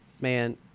Man